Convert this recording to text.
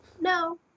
No